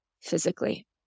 physically